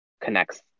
connects